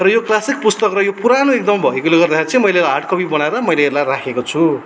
र यो क्लासिक पुस्तक र यो पुरानो एकदम भएकोले गर्दाखेरि चाहिँ मैले हार्ड कपी बनाएर मैले यसलाई राखेको छु